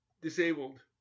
disabled